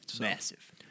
Massive